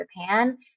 Japan